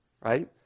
right